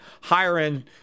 higher-end